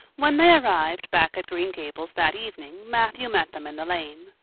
when they arrived back at green gables that evening matthew met them in the lane.